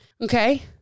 okay